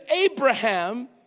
Abraham